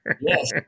Yes